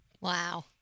Wow